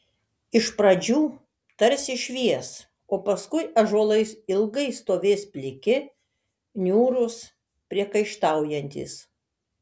iš pradžių tarsi švies o paskui ąžuolai ilgai stovės pliki niūrūs priekaištaujantys